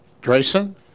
Drayson